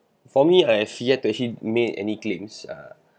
for me I have yet to hit made any claims ah